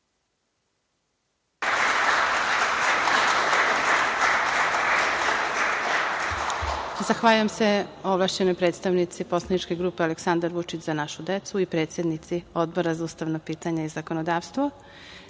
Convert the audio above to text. Zahvaljujem se ovlašćenoj predstavnici poslaničke grupe Aleksandar Vučić – Za našu decu i predsednici Odbora za ustavna pitanja i zakonodavstvo. Da